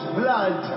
blood